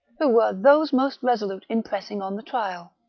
who were those most resolute in pressing on the trial.